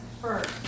first